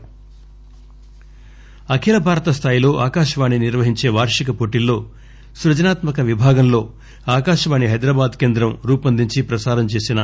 set AIR award అఖిల భారత స్థాయిలో ఆకాశవాణి నిర్వహించే వార్షిక పోటీల్లో స్ఫజనాత్మక విభాగం లో ఆకాశవాణి హైదరాబాద్ కేంద్రం రూపొందించి ప్రసారం చేసిన